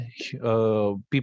People